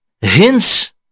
hints